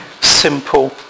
simple